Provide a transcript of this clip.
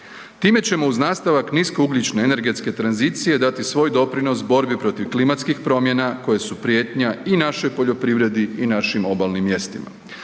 Time ćemo uz nastavak niskougljične energetske tranzicije dati svoj doprinos borbi protiv klimatskih promjena koje su prijetnja i našoj poljoprivredi i našim obalnim mjestima.